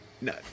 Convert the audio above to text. No